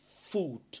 food